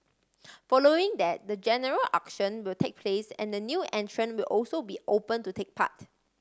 following that the general auction will take place and the new entrant will also be open to take part